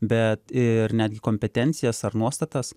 bet ir netgi kompetencijas ar nuostatas